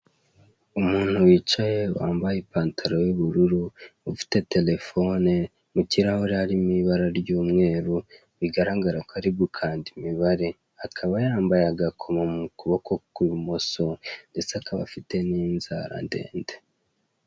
Umuntu wicaye wambaye ipantaro y'ubururu, ufite terefone mu kirahure harimo ibara ry'umweru; bigaragara ko ari gkanda imibare. Akaba yambaye agakomo mu kuboko kw'ibumoso ndetse akaba afite n'inzara ndende.